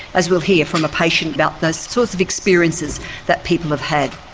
as we'll hear from a patient about the sorts of experiences that people have had.